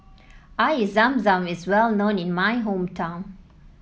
Air Zam Zam is well known in my hometown